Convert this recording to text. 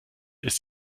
ist